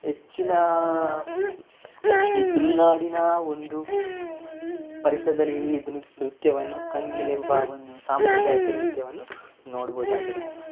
ಹೆಚ್ಚಿನ ಈ ತುಳ್ನಾಡಿನ ಒಂದು ಪರಿಸರ್ದಲ್ಲಿ ಇದನ್ನು ನೃತ್ಯವನ್ನು ಕಂಗೀಲೆಂಬ ಒಂದು ಸಾಂಪ್ರದಾಯಿಕ ನೃತ್ಯವನ್ನು ನೋಡ್ಬೋದಾಗಿದೆ